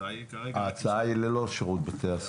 ההצעה כרגע ללא שירות בתי הסוהר.